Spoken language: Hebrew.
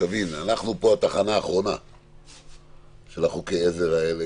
אנחנו פה התחנה האחרונה של חוקי העזר האלה,